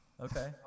Okay